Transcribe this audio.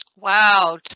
Wow